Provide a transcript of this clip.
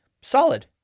Solid